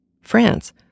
France